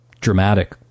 dramatic